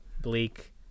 bleak